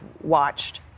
watched